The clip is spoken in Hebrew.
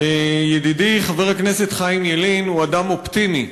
ידידי חבר הכנסת חיים ילין הוא אדם אופטימי,